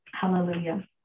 Hallelujah